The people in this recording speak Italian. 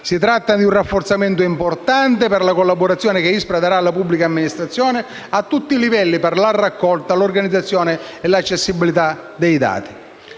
Si tratta di un rafforzamento importante per la collaborazione che l'ISPRA darà alla pubblica amministrazione a tutti i livelli, per la raccolta, l'organizzazione e l'accessibilità dei dati.